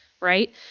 right